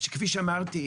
שכפי שאמרתי,